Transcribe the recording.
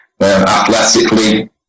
athletically